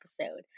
episode